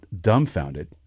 dumbfounded